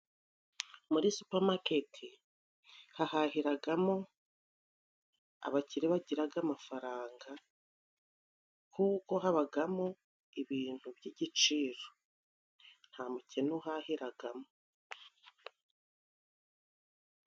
Muri supamaketi hahahiragamo abakire bagiraga amafaranga kuko habagamo ibintu by'igiciro. Nta mukene uhahiragamo.